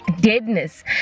deadness